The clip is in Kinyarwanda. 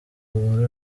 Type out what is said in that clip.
muri